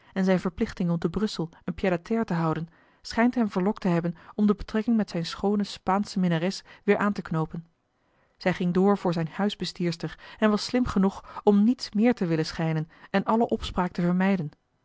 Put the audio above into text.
en zijne verplichting om te brussel een pied-à-terre te houden schijnt hem verlokt te hebben om de betrekking met zijne schoone spaansche minnares weêr aan te knoopen zij ging door voor zijne huisbestierster en was slim genoeg om niets meer te willen schijnen en alle opspraak te vermijden